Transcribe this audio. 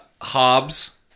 Hobbs